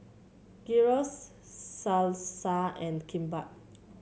Gyros Salsa and Kimbap